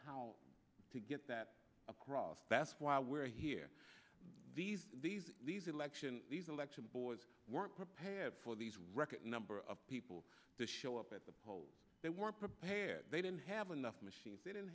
how to get that across best why we're here these these these election these election boys weren't prepared for these record number of people that show up at the polls they were prepared they didn't have enough machines they didn't